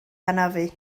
hanafu